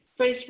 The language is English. Facebook